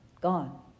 gone